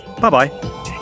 Bye-bye